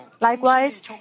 Likewise